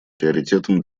приоритетом